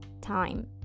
time